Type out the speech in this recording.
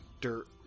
dirt